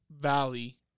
Valley